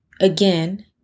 again